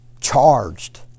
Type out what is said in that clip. charged